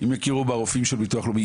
הם יכירו ברופאים של ביטוח לאומי,